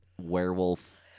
werewolf